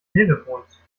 telefons